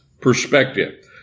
Perspective